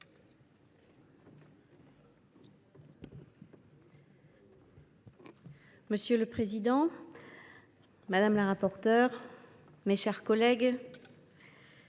Monsieur le président, madame la ministre, mes chers collègues,